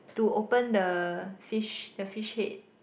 to open the fish the fish head